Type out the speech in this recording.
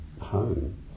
home